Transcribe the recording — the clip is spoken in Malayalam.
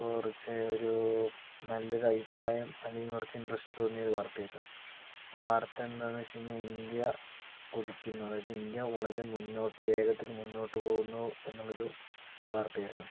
കുറച്ച് ഒരു നല്ല ഒരു അഭിപ്രായം അല്ലെങ്കിൽ കുറച്ച് ഇൻ്ററസ്റ്റ് തോന്നിയ ഒരു വാർത്തയായിരുന്നു ആ വാർത്ത എന്താണെന്ന് വെച്ച് കഴിഞ്ഞാൽ ഇന്ത്യ കുതിക്കുന്നു അതായത് ഇന്ത്യ വളരെ മുന്നോട്ട് വേഗത്തിൽ മുന്നോട്ട് പോകുന്നു എന്നുള്ളൊരു വാർത്തയായിരുന്നു